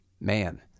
Man